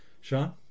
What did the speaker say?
Sean